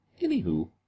Anywho